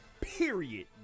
period